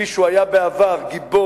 כפי שהוא היה בעבר גיבור,